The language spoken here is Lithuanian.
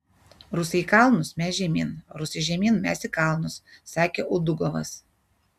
rusai į kalnus mes žemyn rusai žemyn mes į kalnus sakė udugovas